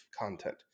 content